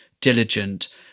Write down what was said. diligent